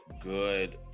good